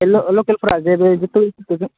लकेलफोरा जे बै टुरिस्टफोरखौ